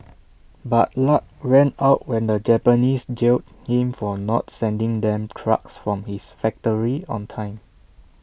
but luck ran out when the Japanese jailed him for not sending them trucks from his factory on time